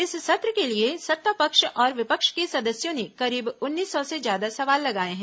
इस सत्र के लिए सत्ता पक्ष और विपक्ष के सदस्यों ने करीब उन्नीस सौ से ज्यादा सवाल लगाए हैं